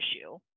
issue